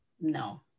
no